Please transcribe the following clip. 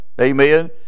Amen